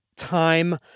time